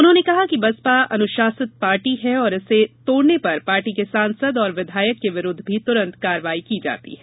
उन्होंने कहा कि बसपा अनुशासित पार्टी है और इसे तोडने पर पार्टी के सांसद और विधायक आदि के विरूद्व भी तुरन्त कार्यवाही की जाती है